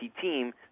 team